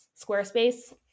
Squarespace